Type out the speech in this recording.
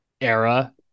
era